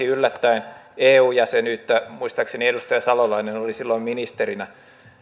yllättäen eu jäsenyyttä muistaakseni edustaja salolainen oli silloin ministerinä